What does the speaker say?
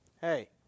hey